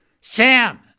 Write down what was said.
Sam